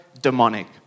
demonic